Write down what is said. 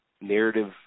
narrative